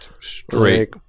straight